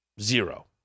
zero